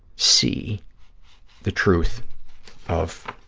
see the truth of